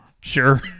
Sure